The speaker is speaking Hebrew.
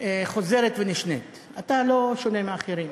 חוזרת ונשנית, אתה לא שונה מאחרים.